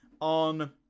on